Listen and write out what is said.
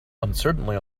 uncertainly